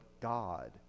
God